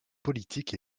politiques